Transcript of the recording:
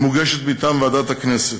היא מוגשת מטעם ועדת הכנסת.